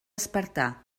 espartà